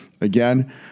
Again